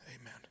Amen